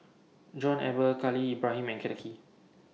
John Eber Khalil Ibrahim and Kenneth Kee